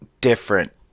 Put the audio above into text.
different